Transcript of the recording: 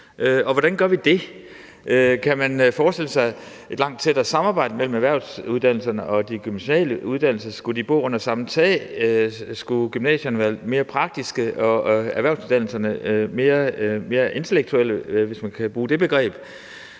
hvordan gør vi det? Kan man forestille sig et langt tættere samarbejde mellem erhvervsuddannelserne og de gymnasiale uddannelser? Skulle de bo under samme tag? Skulle gymnasierne være mere praktiske og erhvervsuddannelserne mere intellektuelle, hvis man skal bruge det begreb?